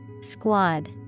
Squad